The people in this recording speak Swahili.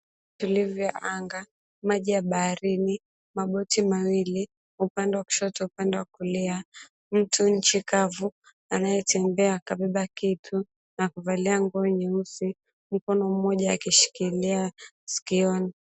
Vilivyo anga, maji ya baharini, maboti mawili upande wa kushoto upande wa kulia, mtu nchi kavu anayetembea kabeba kitu na kuvalia nguo nyeusi, mkono mmoja akishikilia sikioni.